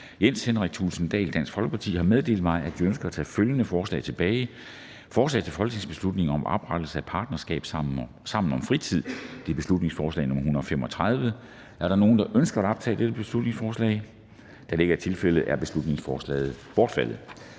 Jens Henrik Thulesen Dahl (DF) har meddelt mig, at de ønsker at tage følgende forslag tilbage: Forslag til folketingsbeslutning om oprettelse af partnerskabet Sammen om Fritiden. (Beslutningsforsalg nr. B 135). Er der nogen, der ønsker at optage dette beslutningsforslag? Da det ikke er tilfældet, er beslutningsforslaget bortfaldet.